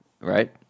Right